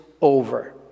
over